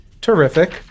terrific